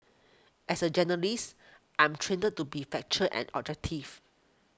as a journalist I'm trained to be factual and